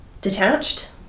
Detached